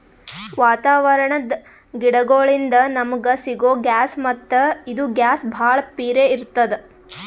ವಾತಾವರಣದ್ ಗಿಡಗೋಳಿನ್ದ ನಮಗ ಸಿಗೊ ಗ್ಯಾಸ್ ಮತ್ತ್ ಇದು ಗ್ಯಾಸ್ ಭಾಳ್ ಪಿರೇ ಇರ್ತ್ತದ